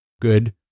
good